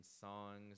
songs